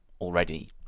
already